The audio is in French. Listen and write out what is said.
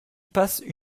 passe